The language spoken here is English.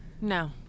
no